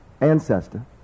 ancestor